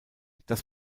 das